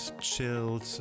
chilled